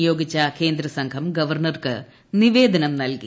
നിയോഗിച്ചു കേന്ദ്രസംഘം ഗവർണർക്ക് നിവേദനം നൽകി